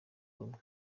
rumwe